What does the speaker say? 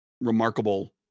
remarkable